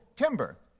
timber,